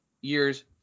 years